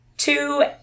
Two